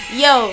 yo